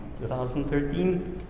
2013